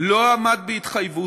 לא עמד בהתחייבותו,